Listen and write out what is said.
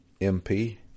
MP